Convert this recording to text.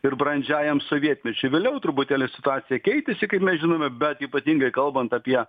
ir brandžiajam sovietmečiui vėliau truputėlį situacija keitėsi kaip mes žinome bet ypatingai kalbant apie